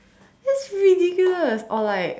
that's ridiculous or like